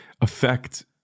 affect